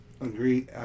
Agree